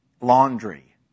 Laundry